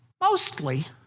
mostly